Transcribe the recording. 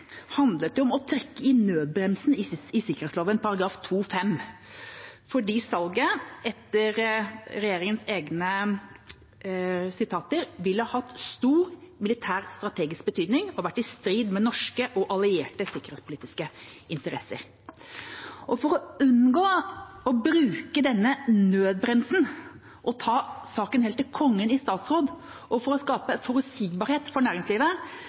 om å trekke i nødbremsen i sikkerhetsloven, § 2-5, fordi salget etter regjeringens egne utsagn «ville hatt stor militær strategisk betydning» og «være i strid med norske og allierte sikkerhetspolitiske interesser». For å unngå å bruke denne nødbremsen og ta saken helt til Kongen i statsråd, og for å skape forutsigbarhet for næringslivet,